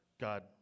God